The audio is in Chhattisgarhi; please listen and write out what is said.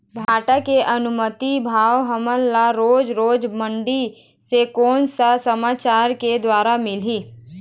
भांटा के अनुमानित भाव हमन ला रोज रोज मंडी से कोन से समाचार के द्वारा मिलही?